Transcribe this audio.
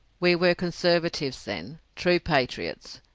we were conservatives then, true patriots,